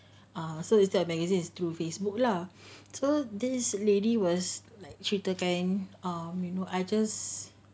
err so is there a magazine is through Facebook lah so this lady was cheated and um you know I just